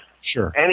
sure